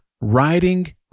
writing